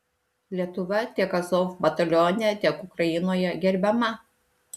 lietuva tiek azov batalione tiek ukrainoje gerbiama